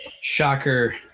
Shocker